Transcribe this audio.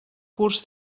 curs